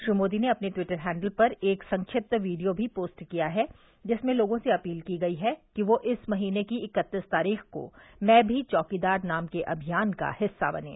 श्री मोदी ने अपने Twitter handle पर एक संक्षिप्त वीडियो भी पोस्ट किया है जिसमें लोगों से अपील की गयी है कि वे इस महीने की इक्कतीस तारीख को मैं भी चौकीदार नाम के अभियान का हिस्सा बनें